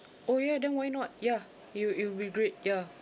oh ya then why not ya it'll it'll be great ya